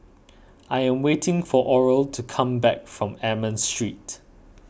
I am waiting for Oral to come back from Almond Street